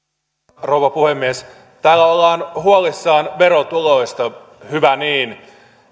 rouva puhemies täällä ollaan huolissaan verotuloista hyvä niin